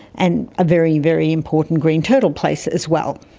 and a very, very important green turtle place as well.